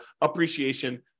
appreciation